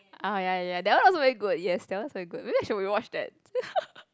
ah ya ya ya that one also very good yes that one is very good maybe I should rewatch that